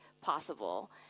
possible